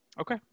Okay